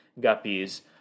guppies